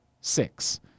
six